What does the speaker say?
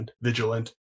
vigilant